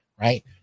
right